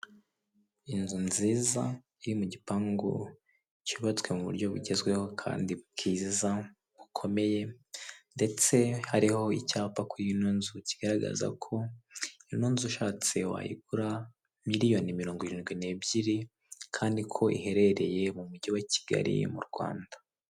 Inzu nziza, iri mu gipangu cyubatswe mu buryo bigezweho kandi bwiza, bukomeye, ndetse hariho icyapa kuri ino nzu, kigaragaza ko ino nzu ushatse wayigura, miliyoni mirongo irindwi n'ebyiri, kandi ko iharereye mu mugi wa Kigali, mu Rwanda.